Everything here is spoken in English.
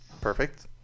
Perfect